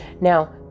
Now